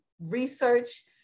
research